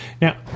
Now